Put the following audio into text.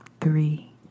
three